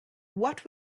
what